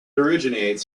originates